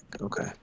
okay